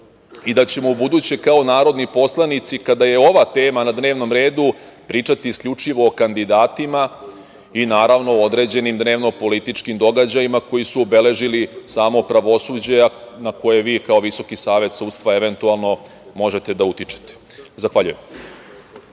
i da ćemo ubuduće kao narodni poslanici, kada je ova teme na dnevnom redu, pričati isključivo o kandidatima i, naravno, o određenim dnevno-političkim događajima koji su obeležili samo pravosuđe, na koje vi kao Visoki savet sudstva eventualno možete da utičete. Zahvaljujem.